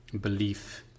belief